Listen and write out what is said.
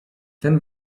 ten